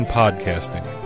podcasting